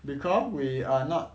because we are not